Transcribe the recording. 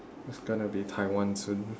it's gonna be taiwan soon